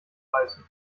reißen